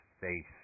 face